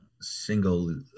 single